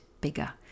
bigger